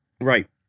Right